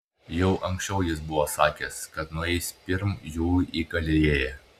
jau anksčiau jis buvo sakęs kad nueis pirm jų į galilėją